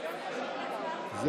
מ-54.